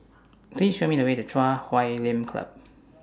Please Show Me The Way to Chui Huay Lim Club